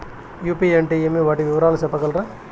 UPI అంటే ఏమి? వాటి వివరాలు సెప్పగలరా?